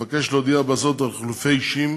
אבקש להודיע בזאת על חילופי אישים